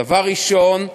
דבר ראשון,